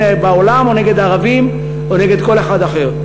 בעולם או נגד ערבים או נגד כל אחד אחר.